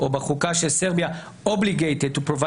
או בחוקה של סרביה אוליבייטד.